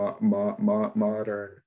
modern